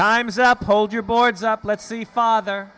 time's up hold your boards up let's see father